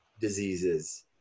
diseases